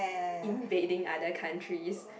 invading other countries